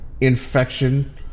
infection